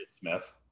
Smith